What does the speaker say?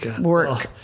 work